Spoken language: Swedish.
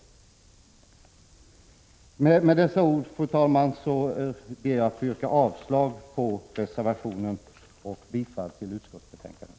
Fru talman! Med dessa ord ber jag att få yrka avslag på reservationen och bifall till utskottets hemställan.